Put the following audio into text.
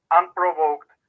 unprovoked